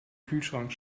kühlschrank